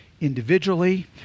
individually